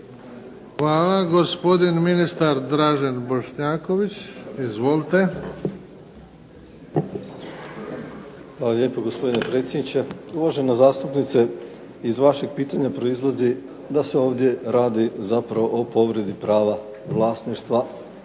Hvala. Gospodin ministar Dražen Bošnjaković. Izvolite. **Bošnjaković, Dražen (HDZ)** Hvala lijepo gospodine predsjedniče. Uvažena zastupnike iz vašeg pitanja proizlazi da se ovdje radi zapravo o povredi prava vlasništva,